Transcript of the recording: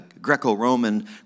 Greco-Roman